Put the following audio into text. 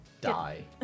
die